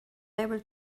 able